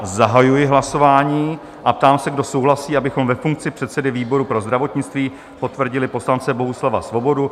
Zahajuji hlasování a ptám se, kdo souhlasí, abychom ve funkci předsedy výboru pro zdravotnictví potvrdili poslance Bohuslava Svobodu?